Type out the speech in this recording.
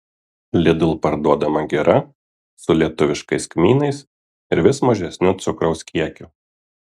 lidl parduodama gira su lietuviškais kmynais ir vis mažesniu cukraus kiekiu